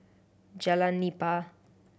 Jalan Nipah